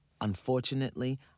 Unfortunately